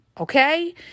okay